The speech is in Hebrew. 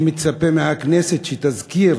אני מצפה מהכנסת שתזכיר